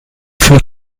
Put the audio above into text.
für